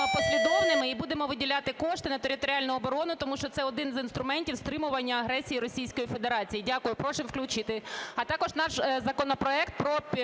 послідовними і будемо виділяти кошти на територіальну оборону, тому що це один з інструментів стримування агресії Російської Федерації. Дякую. Прошу включити. А також наш законопроект про